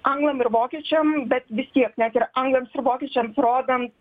anglam ir vokiečiam bet vis tiek net ir anglams ir vokiečiams rodant